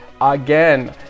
again